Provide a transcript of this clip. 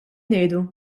ngħidu